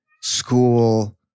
school